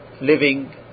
living